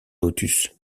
lotus